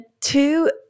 two